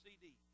CD